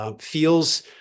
feels